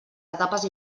etapes